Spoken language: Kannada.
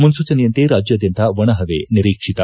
ಮುನ್ಸೂಚನೆಯಂತೆ ರಾಜ್ಯಾದ್ಯಂತ ಒಣ ಹವೆ ನಿರೀಕ್ಷಿತ